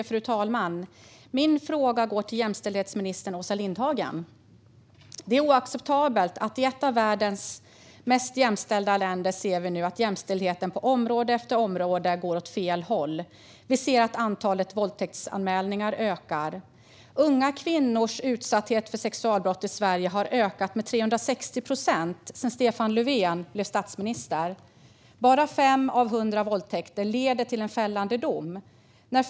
Fru talman! Min fråga går till jämställdhetsminister Åsa Lindhagen. Det är oacceptabelt att vi i ett av världens mest jämställda länder nu ser att jämställdheten på område efter område går åt fel håll. Vi ser att antalet våldtäktsanmälningar ökar. Unga kvinnors utsatthet för sexualbrott i Sverige har ökat med 360 procent sedan Stefan Löfven blev statsminister. Bara fem av hundra våldtäkter leder till en fällande dom.